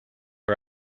are